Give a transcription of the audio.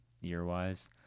year-wise